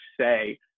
say